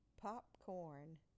popcorn